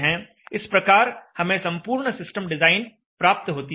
इस प्रकार हमें संपूर्ण सिस्टम डिजाइन प्राप्त होती है